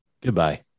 Goodbye